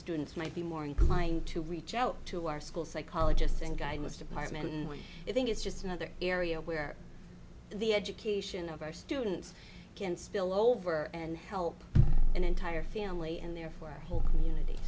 students might be more inclined to reach out to our school psychologists and guide was department in which i think it's just another area where the education of our students can spill over and help an entire family and therefore a whole community